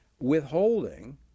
withholding